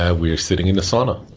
ah we are sitting in a sauna.